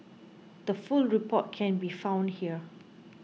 the full report can be found here